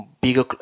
bigger